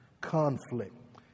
conflict